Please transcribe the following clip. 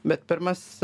bet pirmas